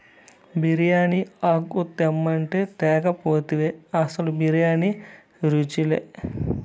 బిర్యానీ ఆకు తెమ్మంటే తేక పోతివి అసలు బిర్యానీ రుచిలే